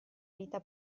vita